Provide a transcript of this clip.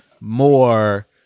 More